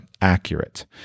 accurate